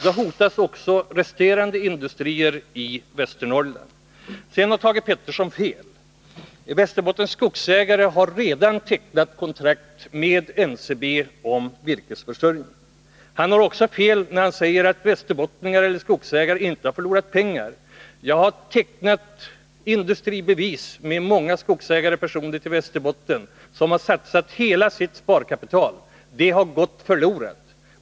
Då hotas också resterande industrier i Västernorrland. Sedan har Thage Peterson fel. Västerbottens Skogsägare har redan tecknat kontrakt med NCB om virkesleveranser. Thage Peterson har också fel, när han säger att skogsägarna i Västerbotten inte har förlorat pengar. Jag har tecknat industribevis med många skogsägare i Västerbotten, som satsat hela sitt sparkapital. Det har gått förlorat.